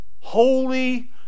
holy